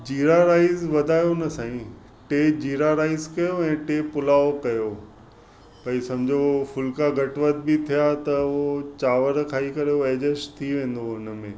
जीरा rice वधायो न साईं टे जीरा राइस कयो ऐं टे पुलाउ कयो भई सम्झो फुलिका घटि वधि बि थिया त उहो चांवर खाई करे ऐड्जस्ट थी वेंदो हुन में